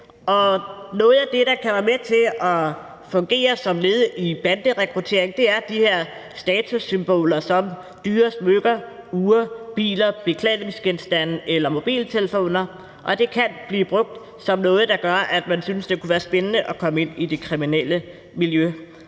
noget af det, der kan være med til at fungere som led i banderekruttering, er de her statussymboler som dyre smykker, ure, biler, beklædningsgenstande eller mobiltelefoner, og det kan blive brugt som noget, der gør, at man synes, det kunne være spændende at komme ind i det kriminelle miljø.